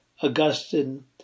Augustine